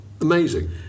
Amazing